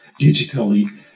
digitally